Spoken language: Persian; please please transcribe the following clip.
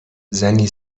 زنی